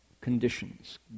Conditions